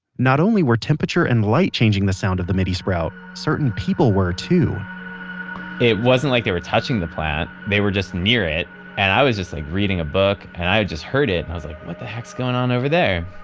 not only were temperature and light changing the sound of the midi sprout, certain people were, too it wasn't like they were touching the plant, they were just near it and i was just like reading a book and i just heard it and i was like, what the heck's going on over there?